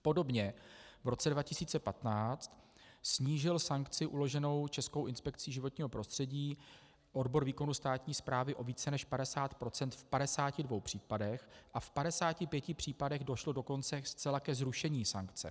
Podobně v roce 2015 snížil sankci uloženou Českou inspekcí životního prostředí odbor výkonu státní správy o více než 50 % v 52 případech a v 55 případech došlo dokonce zcela ke zrušení sankce.